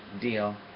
deal